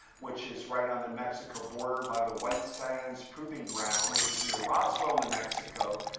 which is right on the mexico border by the white sands proving ground, which is near roswell, new mexico,